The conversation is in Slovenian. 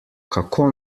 kako